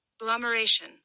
Agglomeration